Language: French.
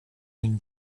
une